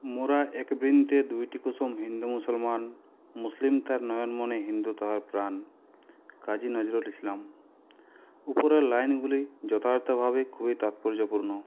মোরা এক বৃন্তে দুইটি কুসুম হিন্দু মুসলমান মুসলিম তার নয়নমণি হিন্দু তাহার প্রাণ কাজী নজরুল ইসলাম উপরের লাইনগুলি যথার্থভাবে খুবই তাৎপর্যপূর্ণ